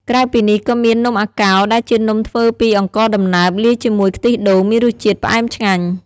ក្រៅពីនេះ ក៏មាន នំអាកោ ដែលជានំធ្វើពីអង្ករដំណើបលាយជាមួយខ្ទិះដូងមានរសជាតិផ្អែមឆ្ងាញ់។